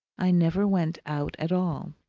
i never went out at all.